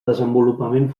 desenvolupament